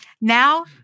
Now